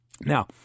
now